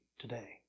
today